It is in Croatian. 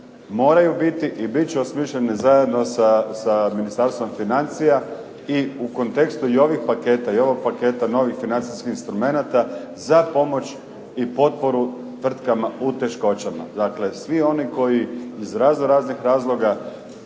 moraju biti i bit će osmišljeni zajedno sa Ministarstvom financija i u kontekstu i ovih paketa i ovog paketa novih financijskih instrumenata za pomoć i potporu tvrtkama u teškoćama. Dakle, svi oni koji iz razno raznih razloga